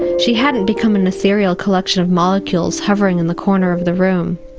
she hadn't become and a serial collection of molecules hovering in the corner of the room.